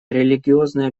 религиозные